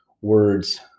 words